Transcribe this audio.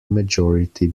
majority